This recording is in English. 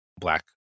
black